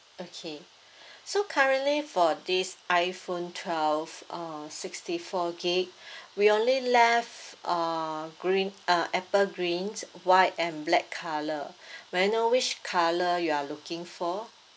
okay so currently for this iphone twelve uh sixty four gigabyte we only left uh green uh apple green white and black colour may I know which colour you are looking for